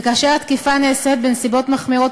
וכאשר התקיפה נעשית בנסיבות מחמירות